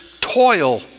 toil